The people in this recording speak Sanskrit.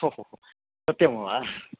ओ हो हो सत्यं वा